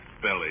belly